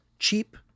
cheap